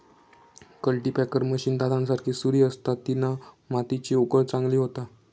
cultipacker machine दातांसारी सुरी असता तिना मातीची उकळ चांगली होता